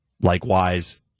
likewise